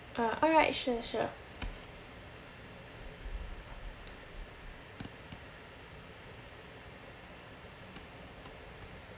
ah alright sure sure